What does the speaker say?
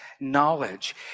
knowledge